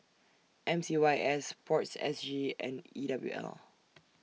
M C Y S Sports S G and E W L